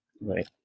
Right